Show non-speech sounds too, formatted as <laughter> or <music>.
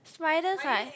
spiders <noise>